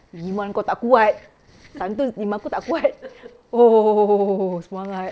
iman kau tak kuat kan terus iman aku tak kuat oo semangat